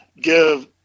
give